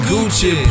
Gucci